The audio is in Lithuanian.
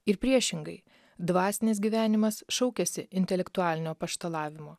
ir priešingai dvasinis gyvenimas šaukiasi intelektualinio apaštalavimo